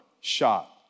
shot